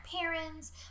parents